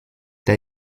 der